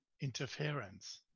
interference